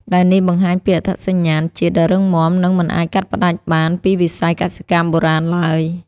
ដែលនេះបង្ហាញពីអត្តសញ្ញាណជាតិដ៏រឹងមាំ និងមិនអាចកាត់ផ្តាច់បានពីវិស័យកសិកម្មបុរាណឡើយ។